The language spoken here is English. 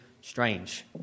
strange